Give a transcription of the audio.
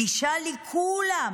גישה לכולם,